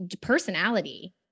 personality